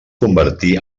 convertí